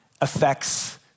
affects